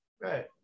Right